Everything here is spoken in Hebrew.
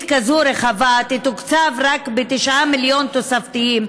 כזאת רחבה תתוקצב רק ב-9 מיליון תוספתיים?